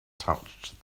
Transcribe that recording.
touched